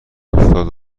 هفتاد